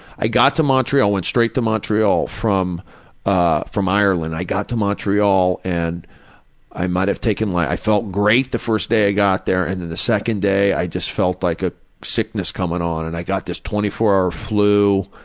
i got to montreal went straight to montreal from ah from ireland, i got to montreal and i might have taken my like i felt great the first day i got there, and then the second day i felt like a sickness coming on and i got this twenty four hour flu,